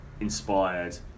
inspired